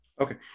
okay